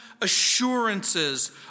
assurances